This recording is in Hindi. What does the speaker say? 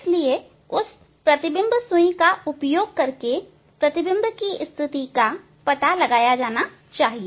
इसलिए उसी तरह प्रतिबिंब सुई का उपयोग करके प्रतिबिंब की स्थिति का पता लगाया जाना चाहिए